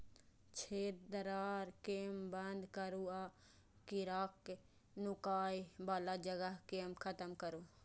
छेद, दरार कें बंद करू आ कीड़ाक नुकाय बला जगह कें खत्म करू